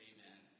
Amen